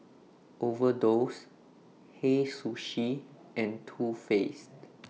Overdose Hei Sushi and Too Faced